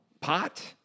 pot